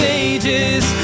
ages